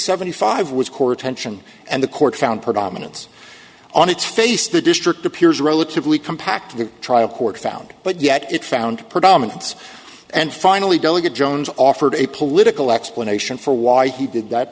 seventy five was court tension and the court found predominance on its face the district appears relatively compact the trial court found but yet it found predominance and finally delegate jones offered a political explanation for why he did